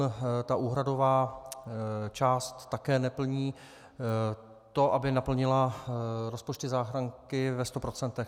Teď ta úhradová část také neplní to, aby naplnila rozpočty záchranky ve sto procentech.